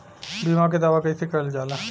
बीमा के दावा कैसे करल जाला?